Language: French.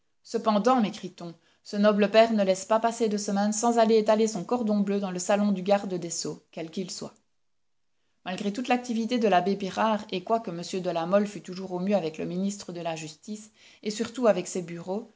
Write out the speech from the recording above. cependant mécrit on ce noble pair ne laisse pas passer de semaine sans aller étaler son cordon bleu dans le salon du garde des sceaux quel qu'il soit malgré toute l'activité de l'abbé pirard et quoique m de la mole fut toujours au mieux avec le ministre de la justice et surtout avec ses bureaux